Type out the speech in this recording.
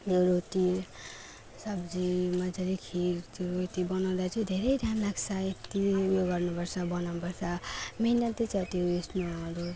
यो रोटी सब्जी मजाले खिर त्यो रोटी बनाउँदा चाहिँ धेरै टाइम लाग्छ यति उयो गर्नुपर्छ बनाउनुपर्छ मिहिनेतै छ त्यो उयसमा हलो